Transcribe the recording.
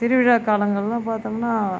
திருவிழா காலங்களெல்லாம் பார்த்தோம்னா